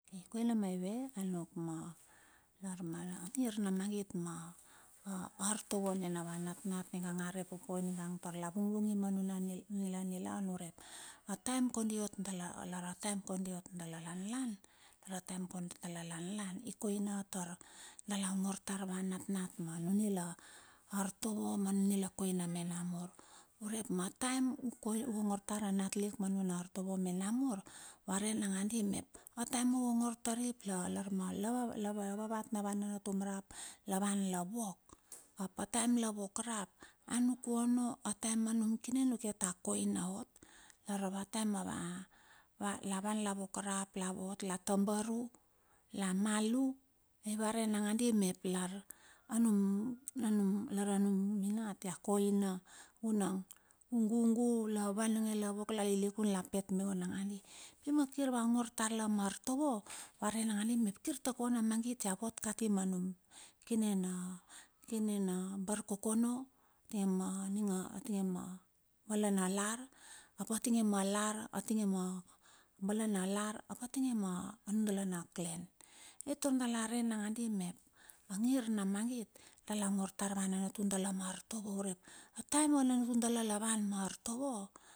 Koina maive anuk ma lar ma ngir na magit ma, a, artovo nina ava natnat ningang are potei ninga tar la vung vung lma nila nilaun urep. Ataem kondi ot dala lara ataem kondi ot dala lanlan, lara ataem kondi dala lanlan, ikoina tar dala ongor tar ava natnat ma nunila artovo manu nila koina me namur. Urep ma taem u ongor tar a natlik ma nuna artovo me namur, varei nangandi mep, ataem uongor tari ap la va vatna nanatum rap la van la wok, ap a taem la wok rap, anuk uona, taem manum kine anuk ia koina ot laravate ma la van la wok rap vot la tabar u la malu, ai verei nakandi mep lar anum minat la koina vunang ugugu lavan ionge la vok la lilikun la pet me meu nakandi, pi na kir va ongor tar la ma artovo, va ran nakandi mep kirta kona mangit iavot a kati ma num kine na, kine na bar kokono, ati nge ma bala na lar, apa tinge lar atinge ma balana lar, tinge ma nundala na clan. Io tar dala ran nakandi mep a ngir na magit tar dala ongor tar a nanatu dala mar artovo urep ataem a nanatuna dala a van ma artovo.